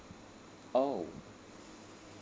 oh